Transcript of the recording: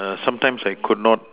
err sometimes I could not